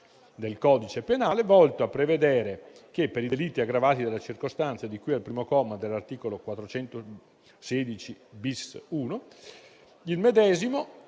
del codice penale, volto a prevedere che, per i delitti aggravati dalla circostanza di cui al comma 1 dell'articolo 416-*bis*.1, vale